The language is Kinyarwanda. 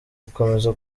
gukomeza